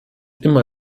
immer